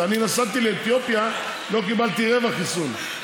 אני נסעתי לאתיופיה ולא קיבלתי רבע חיסון,